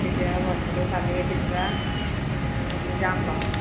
তেতিয়া পইচাটো পালেই যেনিবা যাম বাও